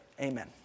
Amen